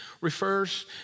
refers